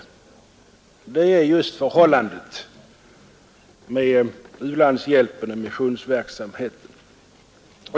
Detta är just förhållandet med u-landshjälpen och missionsverksamheten.